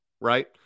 right